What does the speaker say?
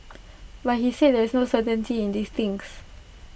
but he said there is no certainty in these things